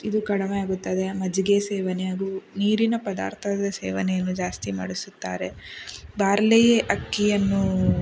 ಇದು ಕಡಿಮೆ ಆಗುತ್ತದೆ ಮಜ್ಜಿಗೆ ಸೇವನೆ ಹಾಗೂ ನೀರಿನ ಪದಾರ್ಥದ ಸೇವನೆಯನ್ನು ಜಾಸ್ತಿ ಮಾಡಿಸುತ್ತಾರೆ ಬಾರ್ಲಿ ಅಕ್ಕಿಯನ್ನು